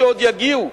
שעוד יגיעו,